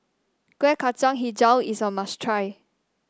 Kueh Kacang hijau is a must try